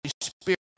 Spirit